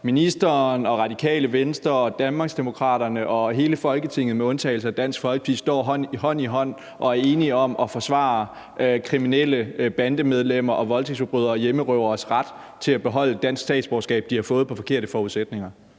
Ministeren, Radikale Venstre, Danmarksdemokraterne og hele Folketinget med undtagelse af Dansk Folkeparti står hånd i hånd og er enige om at forsvare kriminelle bandemedlemmer, voldtægtsforbrydere og hjemmerøveres ret til at beholde et dansk statsborgerskab, de har fået på forkerte forudsætninger.